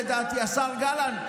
לדעתי השר גלנט,